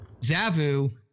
Zavu